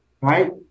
right